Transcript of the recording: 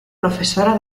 profesora